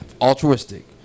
altruistic